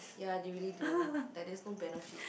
ya they really do like there's no benefit